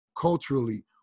culturally